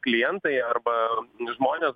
klientai arba žmonės